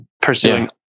pursuing